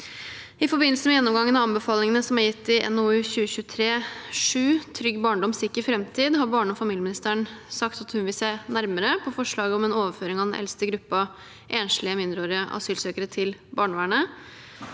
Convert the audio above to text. I forbindelse med gjennomgangen av anbefalingene som er gitt i NOU 2023: 7, Trygg barndom, sikker fremtid, har barne- og familieministeren sagt at hun vil se nærmere på forslaget om en overføring av den eldste gruppen enslige mindreårige asylsøkere til barnevernet.